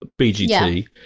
BGT